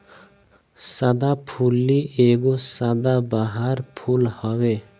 सदाफुली एगो सदाबहार फूल हवे